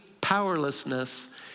powerlessness